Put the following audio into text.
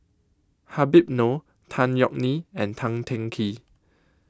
Habib Noh Tan Yeok Nee and Tan Teng Kee